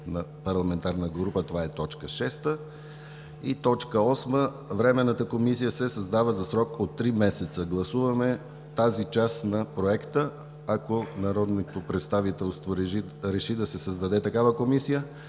парламентарна група. … 8. Временната комисия се създава за срок от 3 месеца.“ Гласуваме тази част на Проекта. Ако народното представителство реши да се създаде такава Комисия,